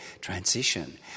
transition